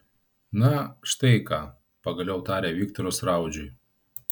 na štai ką pagaliau tarė viktoras raudžiui